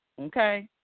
okay